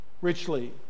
richly